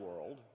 world